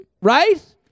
Right